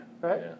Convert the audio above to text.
Right